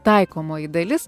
taikomoji dalis